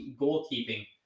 goalkeeping